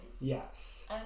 Yes